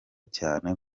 cyane